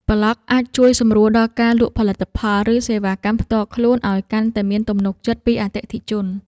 ប្លក់អាចជួយសម្រួលដល់ការលក់ផលិតផល ឬសេវាកម្មផ្ទាល់ខ្លួនឱ្យកាន់តែមានទំនុកចិត្តពីអតិថិជន។